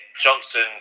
Johnson